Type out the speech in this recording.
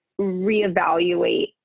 reevaluate